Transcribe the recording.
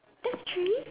that's three